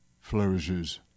flourishes